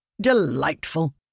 Delightful